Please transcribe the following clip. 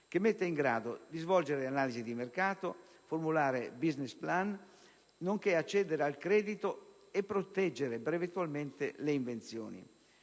che metta in grado di svolgere analisi di mercato, formulare *business plan*, nonché accedere al credito e proteggere brevettualmente le invenzioni.